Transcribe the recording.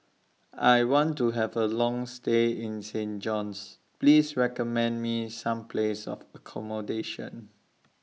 I want to Have A Long stay in Saint John's Please recommend Me Some Places For accommodation